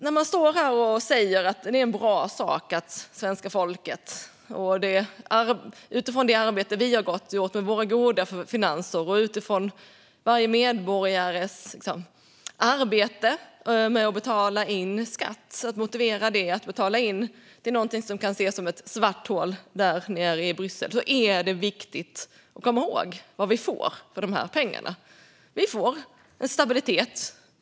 När man står här och säger att det är en bra sak för svenska folket, utifrån det arbete vi har gjort med våra goda finanser och utifrån varje medborgares arbete med att betala in skatt, att betala till någonting som kan ses som ett svart hål där nere i Bryssel är det viktigt att komma ihåg vad vi får för pengarna. Vi får en stabilitet.